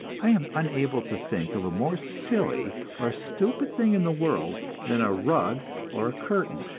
i am unable to think of a more silly or stupid thing in the world than a rug or a curtain,